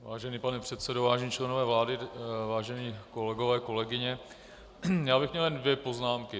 Vážený pane předsedo, vážení členové vlády, vážení kolegové, kolegyně, měl bych jen dvě poznámky.